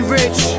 rich